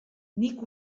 nik